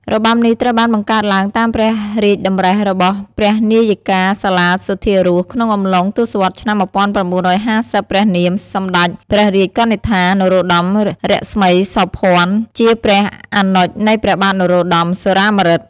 របាំនេះត្រូវបានបង្កើតឡើងតាមព្រះរាជតម្រិះរបស់ព្រះនាយិកាសាលាសុធារស ក្នុងអំឡុងទសវត្សរ៍ឆ្នាំ១៩៥០ ព្រះនាម «សម្តេចព្រះរាជកនិដ្ឋា នរោត្តម រស្មីសោភ័ណ្ឌ» ជាព្រះអនុជនៃព្រះបាទនរោត្តម សុរាម្រឹត។